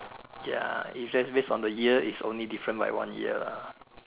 ya if that's based on the year is only different by one year lah